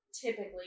typically